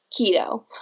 keto